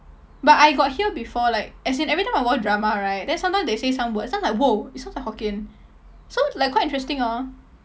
but I got hear before like as in every time I watch drama right then sometimes they say some words then I was like !whoa! it sounds like hokkien so like quite interesting orh